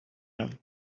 him